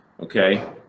Okay